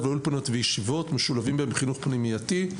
לאולפנות ולישיבות המשולבים בהם חינוך פנימייתי,